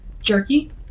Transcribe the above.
Jerky